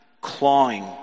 clawing